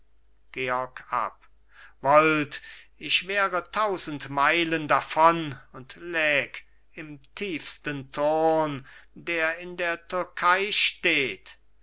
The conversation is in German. georg ab wollt ich wäre tausend meilen davon und läg im tiefsten turn der in der türkei steht